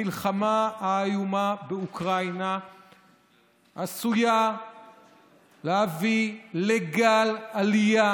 המלחמה האיומה באוקראינה עשויה להביא לגל עלייה